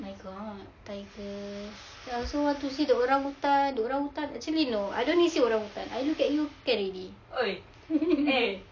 my god tigers I also want to see the orangutan the orangutan actually no I don't need see the orangutan I look at you can already